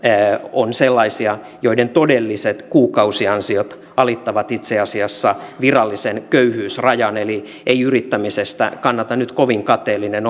on sellaisia joiden todelliset kuukausiansiot alittavat itse asiassa virallisen köyhyysrajan eli ei yrittämisestä kannata nyt kovin kateellinen